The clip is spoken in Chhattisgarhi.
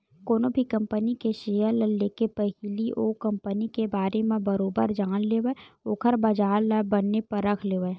कोनो भी कंपनी के सेयर ल लेके पहिली ओ कंपनी के बारे म बरोबर जान लेवय ओखर बजार ल बने परख लेवय